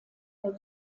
der